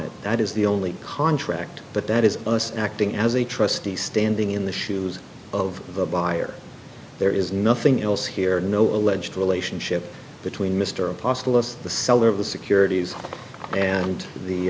it that is the only contract but that is us acting as a trustee standing in the shoes of the buyer there is nothing else here no alleged relationship between mr apostle of the seller of the securities and the